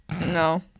no